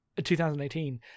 2018